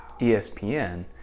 ESPN